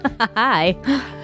Hi